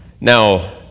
Now